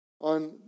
on